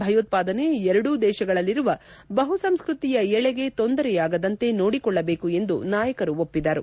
ಭಯೋತ್ವಾದನೆ ಎರಡೂ ದೇಶಗಳಲ್ಲಿರುವ ಬಹುಸಂಸ್ಕೃತಿಯ ಎಳೆಗೆ ತೊಂದರೆ ಆಗದಂತೆ ನೋಡಿಕೊಳ್ಟಬೇಕು ಎಂದು ನಾಯಕರು ಒಪ್ಪಿದರು